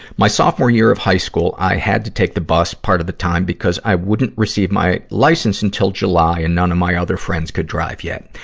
my sophomore year of high school, i had to take the bus part of the time because i wouldn't receive my license until july and none of my other friends could drive yet.